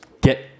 get